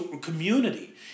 community